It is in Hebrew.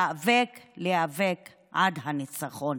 להיאבק, להיאבק עד הניצחון.